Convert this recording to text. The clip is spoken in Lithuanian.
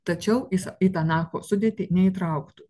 tačiau jis į tanaho sudėtį neįtrauktų